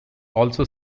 also